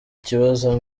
kibazo